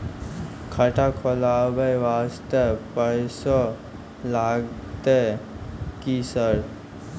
खाता खोलबाय वास्ते पैसो लगते की सर?